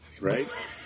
right